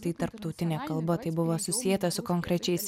tai tarptautinė kalba tai buvo susieta su konkrečiais